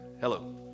Hello